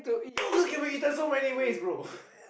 yogurt can be eaten so many ways bro